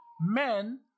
men